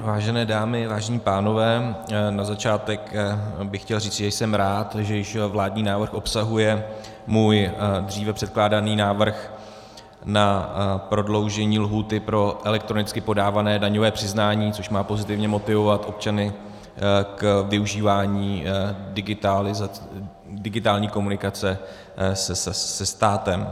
Vážené dámy, vážení pánové, na začátek bych chtěl říci, že jsem rád, že již vládní návrh obsahuje můj dříve předkládaný návrh na prodloužení lhůty pro elektronicky podávané daňové přiznání, což má pozitivně motivovat občany k využívání digitální komunikace se státem.